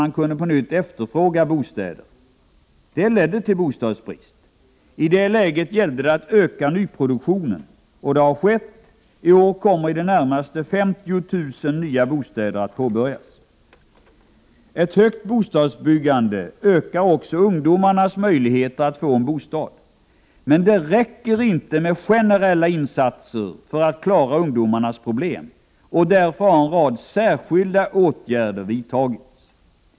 Man kunde på nytt efterfråga bostäder. Det ledde till bostadsbrist. I det läget gällde det att öka nyproduktionen. Det har skett. I år kommer i det närmaste 50 000 nya bostäder att påbörjas. Ett högt bostadsbyggande ökar även ungdomarnas möjligheter att få en bostad. Men det räcker inte med generella insatser för att klara ungdomarnas problem. Därför har en rad särskilda åtgärder vidtagits.